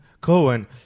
Cohen